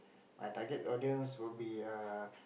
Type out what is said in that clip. my target audience will be err